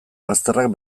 bazterrak